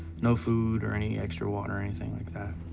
no food or any extra water or anything like that.